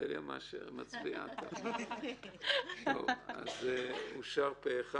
הצבעה בעד, פה אחד.